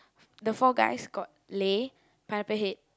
the four guys got Lei Pineapple Head